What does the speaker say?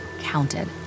counted